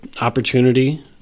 opportunity